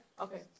Okay